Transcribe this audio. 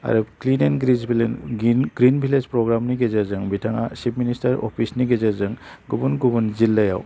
आरो clean and green village गिन green village program नि गेजेरजों बिथाङा चीफ मिनिस्टार अफिसनि गेजेरजों गुबुन गुबुन जिल्लायाव